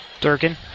Durkin